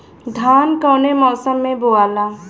धान कौने मौसम मे बोआला?